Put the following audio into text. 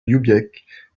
lübeck